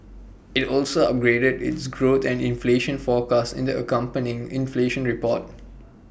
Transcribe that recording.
IT also upgraded its growth and inflation forecast in the accompanying inflation report